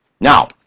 Now